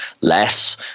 less